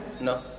No